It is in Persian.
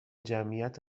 جمعیت